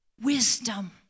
wisdom